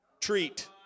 treat